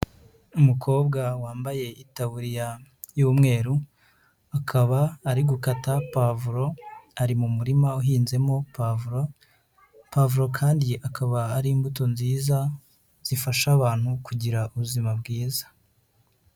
Umukobwa wambaye itabuririya y'umweru, akaba ari gukata pauvro, ari mu murima uhinzemo povro, pavro kandi akaba ari imbuto nziza, zifasha abantu kugira ubuzima bwiza.